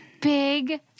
Big